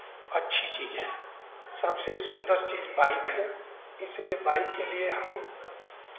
अच्छी चीज़ है सबसे सुंदर चीज़ बाइक है इसलिए बाइक के लिए हम